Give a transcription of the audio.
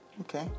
Okay